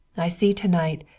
i see to-night